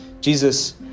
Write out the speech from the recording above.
Jesus